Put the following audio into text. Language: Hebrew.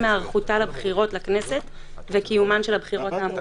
היערכותה לבחירות לכנסת וקיומן של הבחירות האמורות.